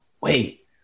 Wait